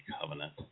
covenant